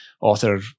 author